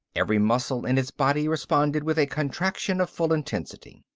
every muscle in his body responded with a contraction of full intensity.